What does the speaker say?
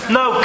no